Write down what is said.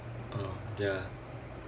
uh ya